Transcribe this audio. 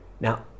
Now